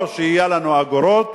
או שיהיו לנו אגורות